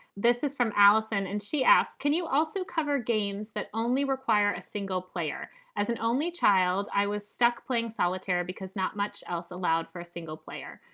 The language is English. this is from alison. and she asks, can you also cover games that only require a single player as an only child? i was stuck playing solitaire because not much else allowed for a single player,